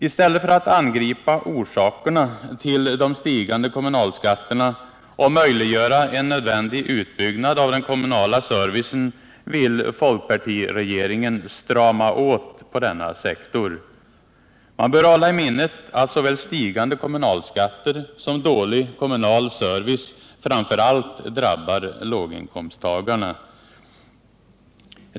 I stället för att angripa orsakerna till de stigande kommunalskatterna och möjliggöra en nödvändig utbyggnad av den kommunala servicen vill folkpartiregeringen strama åt på denna sektor. Man bör hålla i minnet att såväl stigande kommunalskatter som dålig kommunal service framför allt drabbar låginkomsttagarna.